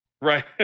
right